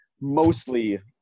mostly